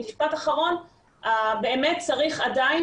אני מחזקת את דבריה של ליאת, צריך עדיין